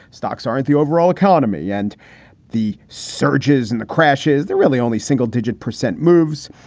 stocks aren't the overall economy and the surges and the crashes. there really only single digit percent moves.